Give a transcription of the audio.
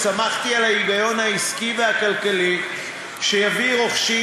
וסמכתי על ההיגיון העסקי והכלכלי שיביא רוכשים